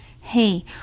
Hey